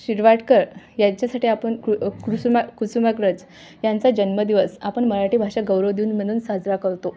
शिरवाडकर यांच्यासाठी आपण कृु कुसुमा कुसुमाग्रज यांचा जन्मदिवस आपण मराठी भाषा गौरवदिन म्हणून साजरा करतो